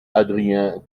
adrien